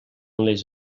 les